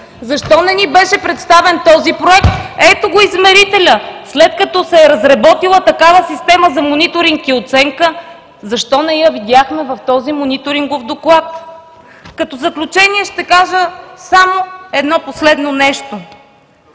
Защо не ни беше представен този Проект?! Ето го измерителя. След като се е разработила такава система за мониторинг и оценка, защо не я видяхме в този Мониторингов доклад?! Като заключение ще кажа само едно последно нещо.